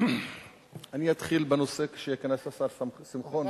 אני אתחיל בנושא כשייכנס השר שמחון.